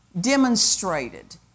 demonstrated